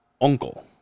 uncle